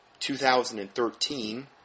2013